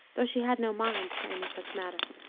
though she had no mind to any such matter.